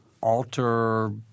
alter